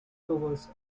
covers